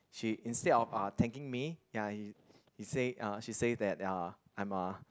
she instead of uh thanking me ya he he say uh she say that uh I'm a